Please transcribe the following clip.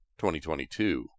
2022